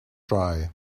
dry